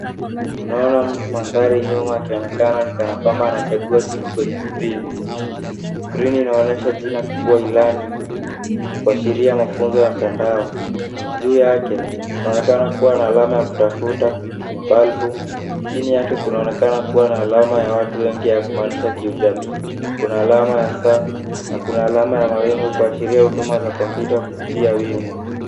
Tunaona mtu mandhari nyuma, kionekana kama kanapamba, akichagua kitu. Inaonyesha jina kubwa linaloashiria mfunzo wa mtandao. Juu yake kuna alama ya kutafuta, balbu; chini yake kuna alama za watu wengi zinazomaanisha kijamii, kuna alama ya saa, na kuna alama za mawingu zinazoashiria huduma za kompyuta kupitia wingu.